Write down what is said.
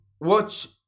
watch